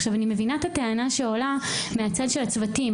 עכשיו, אני מבינה את הטענה שעולה מהצד של הצוותים.